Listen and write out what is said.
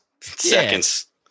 seconds